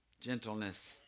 Gentleness